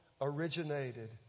originated